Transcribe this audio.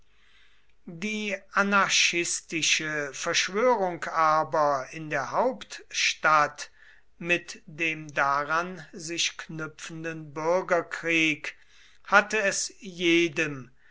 die anarchistische verschwörung aber in der hauptstadt mit dem daran sich knüpfenden bürgerkrieg hatte es jedem